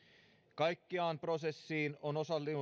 kaikkiaan prosessiin on